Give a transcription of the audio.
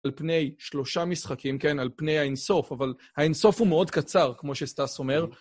על פני שלושה משחקים, כן, על פני האינסוף, אבל האינסוף הוא מאוד קצר, כמו שסטאס אומר.